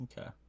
Okay